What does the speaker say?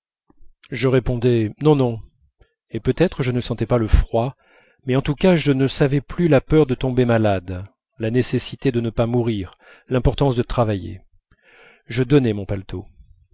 je répondais non non et peut-être je ne sentais pas le froid mais en tous cas je ne savais plus la peur de tomber malade la nécessité de ne pas mourir l'importance de travailler je donnais mon paletot